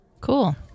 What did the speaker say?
Cool